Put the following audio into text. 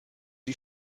die